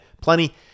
plenty